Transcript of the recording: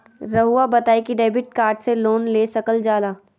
रहुआ बताइं कि डेबिट कार्ड से लोन ले सकल जाला?